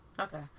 Okay